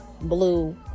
blue